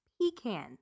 pecan